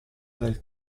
del